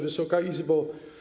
Wysoka Izbo!